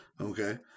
Okay